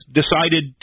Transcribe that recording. decided